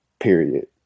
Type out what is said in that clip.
Period